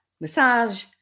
massage